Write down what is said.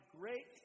great